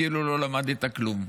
כאילו לא למדת כלום.